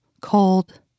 cold